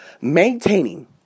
Maintaining